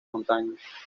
montañas